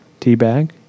Teabag